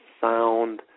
sound